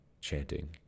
chanting